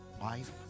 life